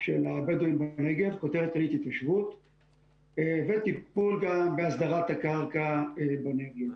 של הבדואים בנגב, וטיפול גם בהסדרת הקרקע בנגב.